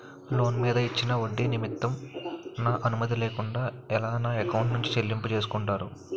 Loan మీద ఇచ్చిన ఒడ్డి నిమిత్తం నా అనుమతి లేకుండా ఎలా నా ఎకౌంట్ నుంచి చెల్లింపు చేసుకుంటారు?